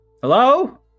Hello